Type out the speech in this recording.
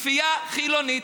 כפייה חילונית.